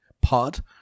Pod